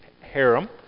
harem